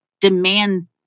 Demand